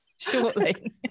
shortly